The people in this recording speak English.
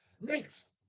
Next